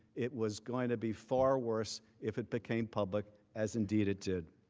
it was going to be far worse if it became public as indeed it did.